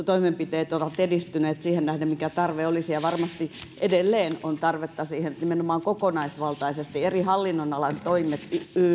toimenpiteet ovat edistyneet siihen nähden mikä tarve olisi varmasti edelleen on tarvetta siihen että nimenomaan kokonaisvaltaisesti eri hallinnonalojen toimet